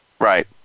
right